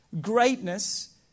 greatness